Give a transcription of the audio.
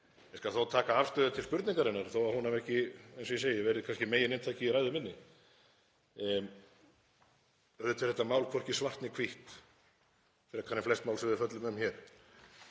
Ég skal þó taka afstöðu til spurningarinnar þó að hún hafi kannski ekki, eins og ég segi, verið megininntakið í ræðu minni. Auðvitað er þetta mál hvorki svart né hvítt frekar en flest mál sem við fjöllum um hér